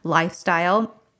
lifestyle